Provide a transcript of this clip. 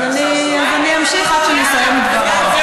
אז אני אמשיך עד שאני אסיים את דבריי.